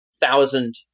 thousand